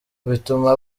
bituma